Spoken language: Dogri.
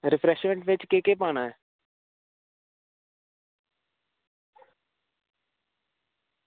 रीफ्रेशमेंट च केह् केह् पाना ऐ